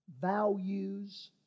values